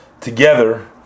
together